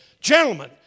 Gentlemen